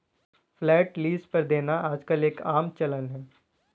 flat lease पर देना आजकल एक आम चलन है